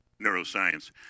neuroscience